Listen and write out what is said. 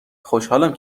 خوشحالم